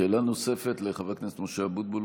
שאלה נוספת, לחבר הכנסת משה אבוטבול.